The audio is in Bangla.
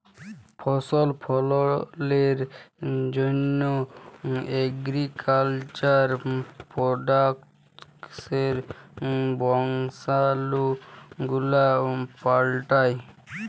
ফসল ফললের জন্হ এগ্রিকালচার প্রডাক্টসের বংশালু গুলা পাল্টাই